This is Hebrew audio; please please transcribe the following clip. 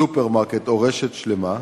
סופרמרקט או רשת שלמה,